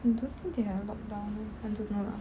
I don't think they have a lockdown eh I don't know lah